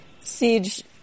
Siege